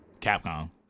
Capcom